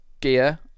gear